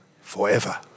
forever